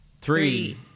Three